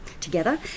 together